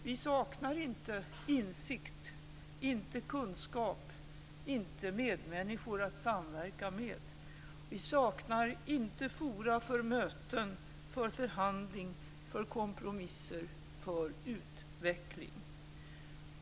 Vi saknar inte insikt, inte kunskap, inte medmänniskor att samverka med. Vi saknar inte forum för möten, för förhandling, för kompromisser, för utveckling.